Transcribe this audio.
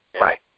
Right